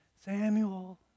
Samuel